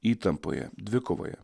įtampoje dvikovoje